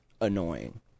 annoying